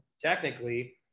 technically